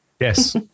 Yes